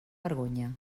vergonya